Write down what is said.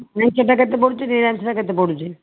ଭେଜ୍ଟା କେତେ ପଡ଼ୁଛି ନିରାମିଷଟା କେତେ ପଡ଼ୁଛି